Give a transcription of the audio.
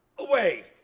away.